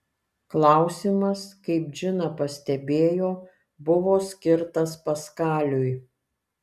klausimas kaip džina pastebėjo buvo skirtas paskaliui